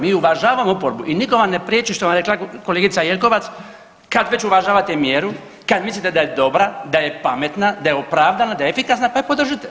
Mi uvažavamo oporbu i nitko vam ne priječi, što vam je rekla kolegica Jelkovac kad već uvažavate mjeru, kad mislite da je dobra, da je pametna, da je opravdana, da je efikasna, pa je podržite.